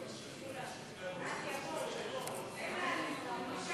היא בעיה קשה